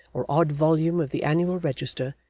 or odd volume of the annual register,